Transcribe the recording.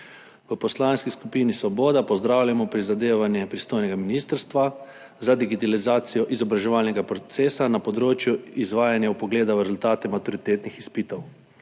V Poslanski skupini Svoboda pozdravljamo prizadevanja pristojnega ministrstva za digitalizacijo izobraževalnega procesa na področju izvajanja vpogleda v rezultate maturitetnih izpitov.